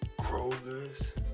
Kroger's